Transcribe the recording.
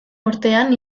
urtean